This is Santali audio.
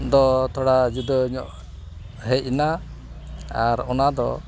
ᱫᱚ ᱛᱷᱚᱲᱟ ᱡᱩᱫᱟᱹ ᱧᱚᱜ ᱦᱮᱡ ᱮᱱᱟ ᱟᱨ ᱚᱱᱟᱫᱚ